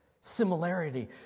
similarity